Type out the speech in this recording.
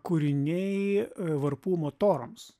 kūriniai varpų motorams